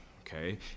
okay